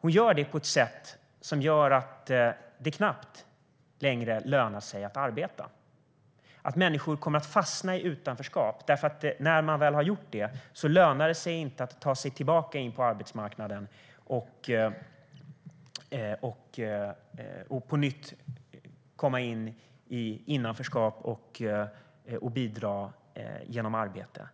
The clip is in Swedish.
Hon gör det på ett sådant sätt att det knappt längre lönar sig att arbeta. När människor väl har fastnat i utanförskap lönar det sig inte att ta sig tillbaka in på arbetsmarknaden och på nytt komma in i innanförskap och bidra genom arbete.